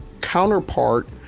counterpart